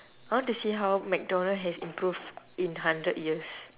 I want to see how mcdonald has improved in hundred years